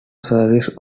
service